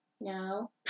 No